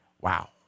wow